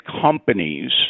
companies